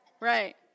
right